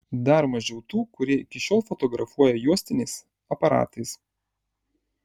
dar mažiau tų kurie iki šiol fotografuoja juostiniais aparatais